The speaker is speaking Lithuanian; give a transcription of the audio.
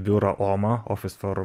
biurą oma office for